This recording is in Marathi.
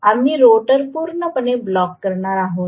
आम्ही रोटर पूर्णपणे ब्लॉक करणार आहोत